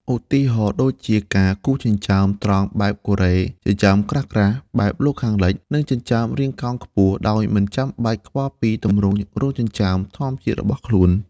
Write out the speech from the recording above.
ឧទាហរណ៍ដូចជា ការគូរចិញ្ចើមត្រង់បែបកូរ៉េ ចិញ្ចើមក្រាស់ៗបែបលោកខាងលិច និងចិញ្ចើមរាងកោងខ្ពស់ ដោយមិនចាំបាច់ខ្វល់ពីទម្រង់រោមចិញ្ចើមធម្មជាតិរបស់ខ្លួន។